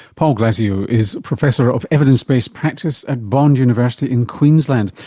paul glasziou is professor of evidence-based practice at bond university in queensland.